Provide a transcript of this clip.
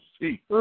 see